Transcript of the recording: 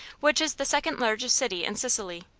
which is the second largest city in sicily,